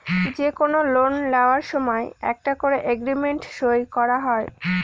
যে কোনো লোন নেওয়ার সময় একটা করে এগ্রিমেন্ট সই করা হয়